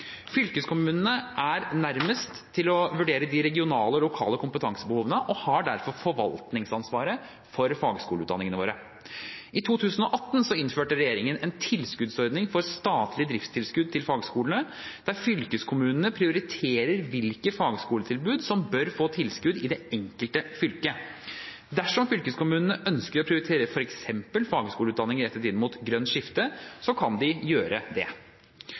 Fylkeskommunene er nærmest til å vurdere de regionale og lokale kompetansebehovene og har derfor forvaltningsansvaret for fagskoleutdanningene våre. I 2018 innførte regjeringen en tilskuddsordning for statlig driftstilskudd til fagskolene, der fylkeskommunene prioriterer hvilke fagskoletilbud som bør få tilskudd i det enkelte fylke. Dersom fylkeskommunene ønsker å prioritere f.eks. fagskoleutdanninger rettet inn mot grønt skifte, kan de gjøre det.